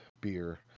beer